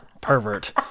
pervert